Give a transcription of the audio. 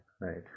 right